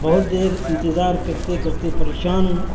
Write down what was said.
بہت دیر انتظار کرتے کرتے پریشان ہوں